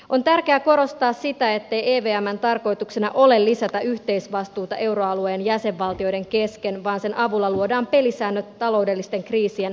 on tärkeää korostaa sitä ettei evmn tarkoituksena ole lisätä yhteisvastuuta euroalueen jäsenvaltioiden kesken vaan sen avulla luodaan pelisäännöt taloudellisten kriisien hallitsemiseksi